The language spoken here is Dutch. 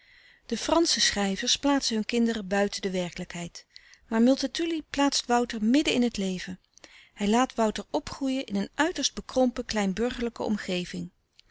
de fransche schrijvers plaatsen hun kinderen buiten de werkelijkheid maar multatuli plaatst wouter midden in het leven hij laat wouter opgroeien in een uiterst bekrompen kleinburgerlijke omgeving